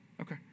okay